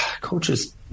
coaches